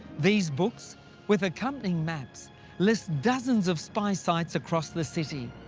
these books with accompanying maps list dozens of spy sites across the city.